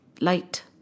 Light